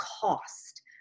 cost